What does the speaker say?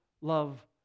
love